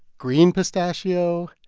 green pistachio.